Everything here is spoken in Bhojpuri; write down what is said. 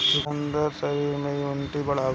चुकंदर शरीर में इमुनिटी बढ़ावेला